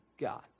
God